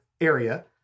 area